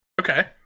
okay